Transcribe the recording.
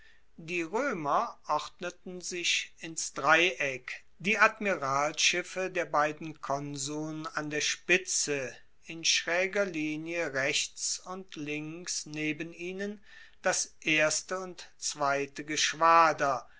die roemer ordneten sich ins dreieck die admiralschiffe der beiden konsuln an der spitze in schraeger linie rechts und links neben ihnen das erste und zweite geschwader